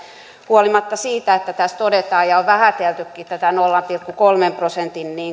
huolimatta siitä että tässä todetaan ja on vähäteltykin tätä nolla pilkku kolmen prosentin